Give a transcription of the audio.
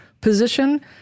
position